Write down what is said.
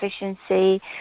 efficiency